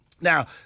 Now